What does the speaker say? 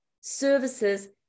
services